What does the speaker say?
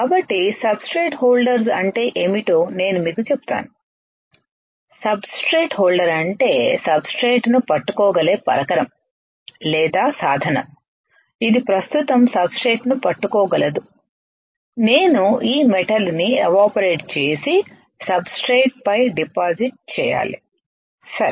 కాబట్టి substrate holders అంటే ఏమిటో నేను మీకు చెపుతాను సబ్స్ట్రేట్ హోల్డర్ అంటే సబ్స్ట్రేట్ను పట్టుకోగలిగే పరికరం లేదా సాధనం ఇది ప్రస్తుతం సబ్స్ట్రేట్ను పట్టుకోగలదు నేను ఈ మెటల్ ని ఎవాపరేట్ చేసి సబ్స్ట్రేట్ పై డిపాజిట్ చేయాలి సరే